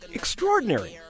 extraordinary